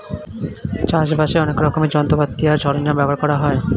চাষবাসের অনেক রকমের যন্ত্রপাতি আর সরঞ্জাম ব্যবহার করা হয়